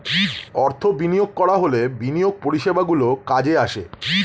অর্থ বিনিয়োগ করা হলে বিনিয়োগ পরিষেবাগুলি কাজে আসে